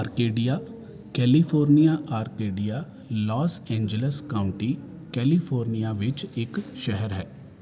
Arcadia California Arcadia Los Angeles County California ਵਿੱਚ ਇੱਕ ਸ਼ਹਿਰ ਹੈ